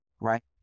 right